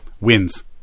wins